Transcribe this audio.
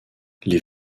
les